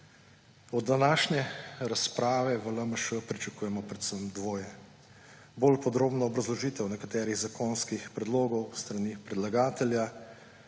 Od današnje razprave v LMŠ pričakujemo predvsem dvoje: bolj podrobno obrazložitev nekaterih zakonskih predlogov s strani predlagatelja,